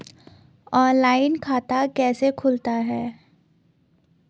Online खाता कैसे खुलता है?